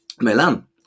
Milan